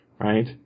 right